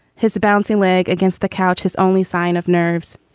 his bouncing leg against the couch, his only sign of nerves.